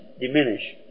diminish